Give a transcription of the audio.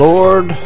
Lord